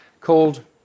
called